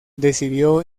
decidió